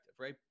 right